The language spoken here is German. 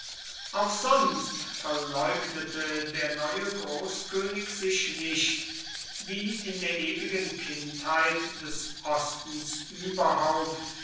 auch sonst verleugnete der neue großkönig sich nicht wie in der ewigen kindheit des ostens überhaupt